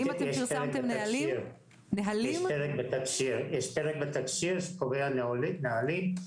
יש פרק בתקשי"ר שקובע נהלים,